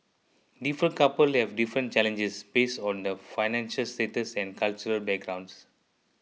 different couple have different challenges based on their financial status and cultural backgrounds